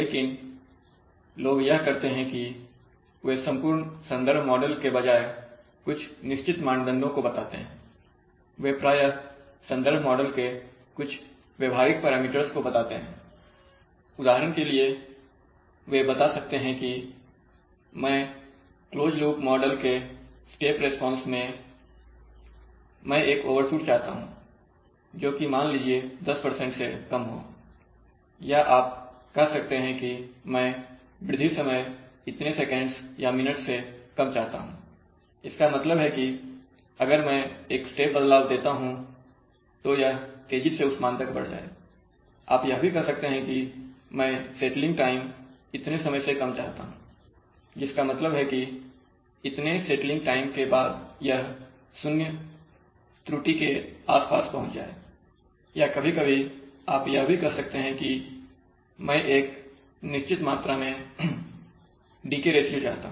लेकिन लोग यह करते हैं कि वे संपूर्ण संदर्भ मॉडल के बजाए कुछ निश्चित मानदंडों को बताते हैंवे प्रायः संदर्भ मॉडल के कुछ व्यवहारिक पैरामीटर्स को बताते हैं उदाहरण के लिए वे बता सकते हैं कि मैं क्लोज लूप मॉडल के स्टेप रिस्पांस में मैं एक ओवरशूट चाहता हूं जोकि मान लीजिए 10 से कम हो या आप कह सकते हैं कि मैं वृद्धि समय इतने सेकेंड्स या मिनट्स से कम चाहता हूं इसका मतलब है की अगर मैं एक स्टेप बदलाव करता हूं तो यह तेजी से उस मान तक बढ़ जाए आप यह भी कह सकते हैं कि मैं सेटलिंग टाइम इतने समय से कम चाहता हूं जिसका मतलब है कि इतने सेटलिंग टाइम के बाद यह शुन्य त्रुटि के आसपास पहुंच जाएं या कभी कभी आप यह भी कह सकते हैं कि मैं एक निश्चित मात्रा में डीके रेशियो चाहता हूं